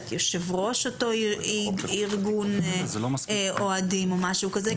יושב-ראש אותו ארגון אוהדים או משהו כזה,